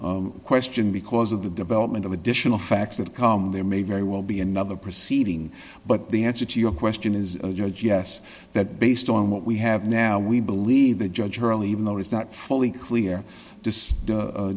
honors question because of the development of additional facts that come there may very well be another proceeding but the answer to your question is judge yes that based on what we have now we believe the judge hurley even though it's not fully clear